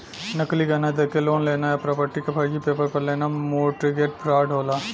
नकली गहना देके लोन लेना या प्रॉपर्टी क फर्जी पेपर पर लेना मोर्टगेज फ्रॉड होला